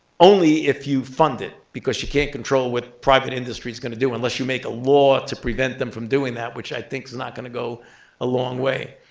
only if you fund it. because you can't control what private industry's going to do unless you make a law to prevent them from doing that, which i think is not going to go a long way.